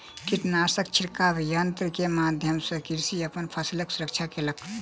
कीटनाशक छिड़काव यन्त्र के माध्यम सॅ कृषक अपन फसिलक सुरक्षा केलक